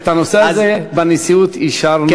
את הנושא הזה בנשיאות אישרנו.